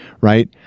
right